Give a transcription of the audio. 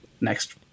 next